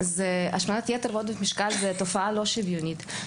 השמנת יתר ועודף משקל אלה תופעות לא שוויוניות,